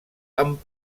amb